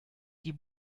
die